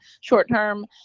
short-term